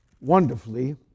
wonderfully